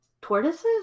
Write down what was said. tortoises